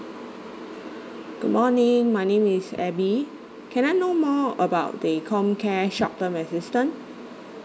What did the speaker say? good morning my name is abby can I know more about the comcare short term assistance